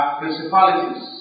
principalities